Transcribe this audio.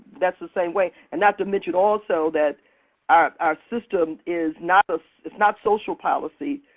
that's the same way, and not to mention also that our system is not ah is not social policy,